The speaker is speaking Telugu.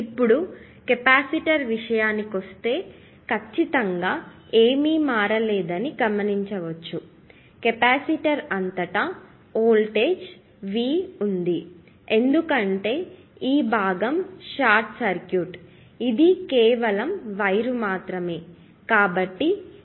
ఇప్పుడు కెపాసిటర్ విషయానికొస్తే ఖచ్చితంగా ఏమీ మారలేదని అని గమనించవచ్చు కెపాసిటర్ అంతటా వోల్టేజ్ ఇప్పటికీ V ఉంది ఎందుకంటే ఈ భాగం షార్ట్ సర్క్యూట్ ఇది కేవలం వైర్ మాత్రమే